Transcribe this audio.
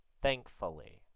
thankfully